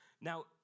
Now